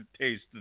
taste